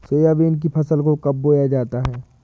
Soybean की फसल को कब बोया जाता है?